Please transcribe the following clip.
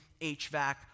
HVAC